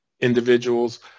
individuals